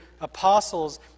apostles